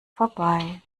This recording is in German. vorbei